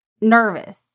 nervous